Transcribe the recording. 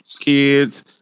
Kids